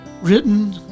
written